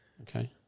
Okay